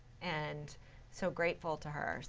and so grateful to her.